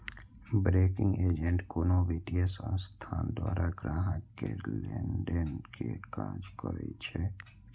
banking agent कोनो वित्तीय संस्थान द्वारा ग्राहक केर लेनदेन के काज करै छै